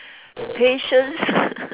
patience